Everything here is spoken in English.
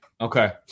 Okay